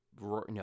No